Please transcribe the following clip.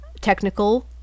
technical